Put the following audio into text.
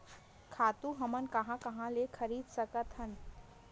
खातु हमन कहां कहा ले खरीद सकत हवन?